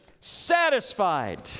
Satisfied